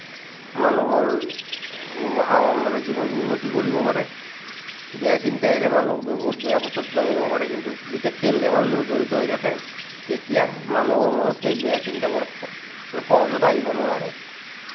মানুহৰ মানে জীৱনত উন্নতি কৰি পাৰে বেয়া চিন্তা আহিলে মানুহ বহুত বেয়া পথত নামিব পাৰে কিন্তু যেতিয়া খেল ধেমালিৰ লগত জড়িত হৈ থাকে তেতিয়া মানুহৰ মনত সেই বেয়া চিন্তাবোৰ স মানে সহজত আহিব নোৱাৰে